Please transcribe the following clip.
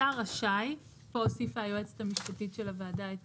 פה הוסיפה היועצת המשפטית של הוועדה את